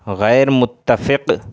غیر متفق